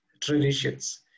traditions